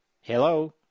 Hello